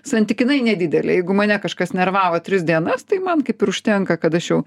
santykinai nedidelė jeigu mane kažkas nervavo tris dienas tai man kaip ir užtenka kad aš jau